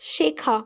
শেখা